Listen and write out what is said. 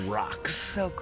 rocks